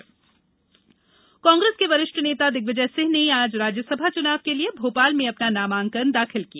रास नामांकन कांग्रेस के वरिष्ठ नेता दिग्विजय सिंह ने आज राज्यसभा चुनाव के लिए भोपाल में अपना नामांकन दाखिल किया